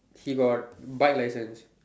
he got bike license